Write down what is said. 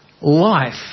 life